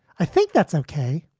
i think that's okay.